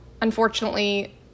unfortunately